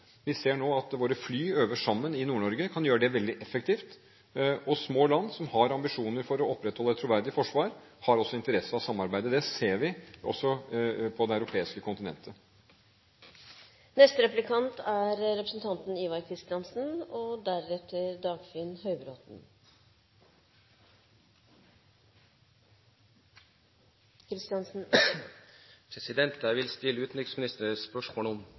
Vi ser nå at våre fly øver sammen i Nord-Norge – og kan gjøre det veldig effektivt. Små land som har ambisjoner om å opprettholde et troverdig forsvar, har også interesse av å samarbeide. Det ser vi også på det europeiske kontinentet.